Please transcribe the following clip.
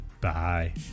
Bye